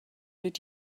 did